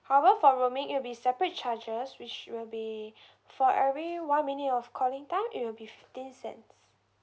however for roaming it'll be separate charges which will be for every one minute of calling time it will be fifteen cents